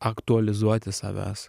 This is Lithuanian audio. aktualizuoti savęs